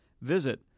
visit